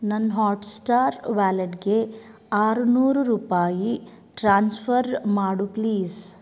ನನ್ನ ಹಾಟ್ಸ್ಟಾರ್ ವ್ಯಾಲೆಟ್ಗೆ ಆರುನೂರು ರೂಪಾಯಿ ಟ್ರಾನ್ಸ್ಫರ್ ಮಾಡು ಪ್ಲೀಸ್